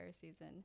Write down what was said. season